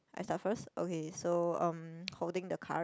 I start first okay so um holding the card